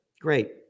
Great